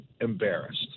embarrassed